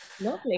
Lovely